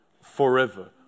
forever